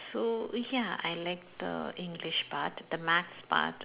so ya I like the english part the maths part